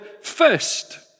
first